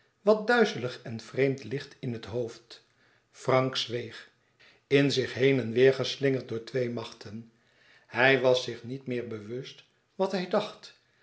wat duizelig en vreemd licht in het hoofd frank zweeg in zich heen en weêr geslingerd door twee machten hij was zich niet meer bewust wat hij dacht